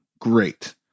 great